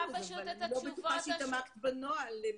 אחוז אבל אני לא בטוחה שהתעמקת בנוהל.